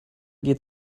geht